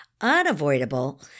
Unavoidable